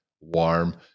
warm